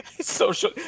social